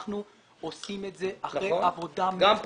אנחנו עושים את זה אחרי עבודה מאוד רצינית.